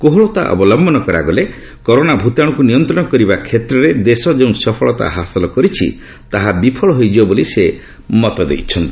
କୋହଳତା ଅବଲମ୍ଭନ କରାଗଲେ କରୋନା ଭୂତାଶୁକୁ ନିୟନ୍ତ୍ରଣ କରିବା କ୍ଷେତ୍ରରେ ଦେଶ ଯେଉଁ ସଫଳତା ହାସଲ କରିଛି ତାହା ବିଫଳ ହୋଇଯିବ ବୋଲି ସେ ମତ ଦେଇଛନ୍ତି